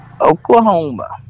Oklahoma